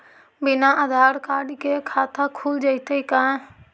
बिना आधार कार्ड के खाता खुल जइतै का?